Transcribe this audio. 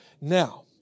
Now